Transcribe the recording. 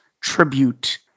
Tribute